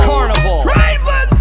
Carnival